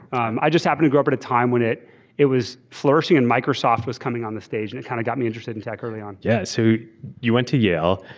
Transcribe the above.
um i just happen to grow up at a time when it it was flourishing and microsoft was coming on the stage. and it kind of got me interested in tech early on. yeah so you went to yale,